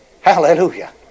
Hallelujah